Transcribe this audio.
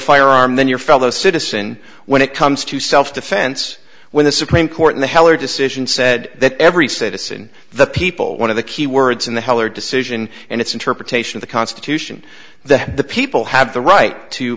firearm than your fellow citizen when it comes to self defense when the supreme court in the heller decision said that every citizen the people one of the key words in the heller decision and it's interpretation of the constitution that the people have the right to